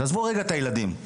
עזבו רגע את הילדים,